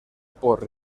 por